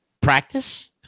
practice